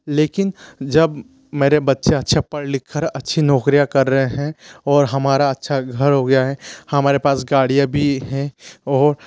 लेकिन जब मेरे बच्चे अच्छा पढ़ लिख कर अच्छी नौकरियाँ कर रहे हैं और हमारा अच्छा घर हो गया है हमारे पास गाड़ीयाँ भी हैं और